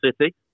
City